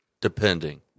Depending